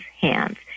hands